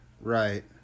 Right